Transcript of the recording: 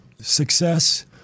success